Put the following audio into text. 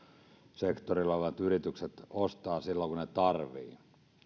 sektorilla olevat yritykset ostavat silloin kun ne tarvitsevat